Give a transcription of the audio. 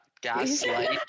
gaslight